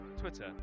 Twitter